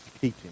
teaching